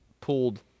pulled